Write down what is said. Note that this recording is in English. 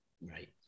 Right